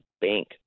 bank